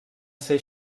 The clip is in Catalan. ser